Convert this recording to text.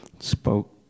spoke